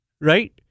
right